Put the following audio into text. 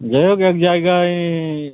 যাই হোক এক জায়গায়